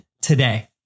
today